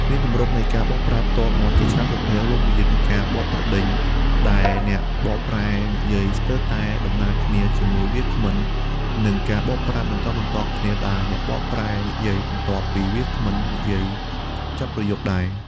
មានទម្រង់នៃការបកប្រែផ្ទាល់មាត់ជាច្រើនប្រភេទ រួមមាន ការបកប្រដេញ ដែលអ្នកបកប្រែនិយាយស្ទើរតែដំណាលគ្នាជាមួយវាគ្មិន និងការបកប្រែបន្តបន្ទាប់គ្នា ដែលអ្នកបកប្រែនិយាយបន្ទាប់ពីវាគ្មិននិយាយចប់ប្រយោគដែរ។